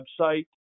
website